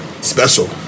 special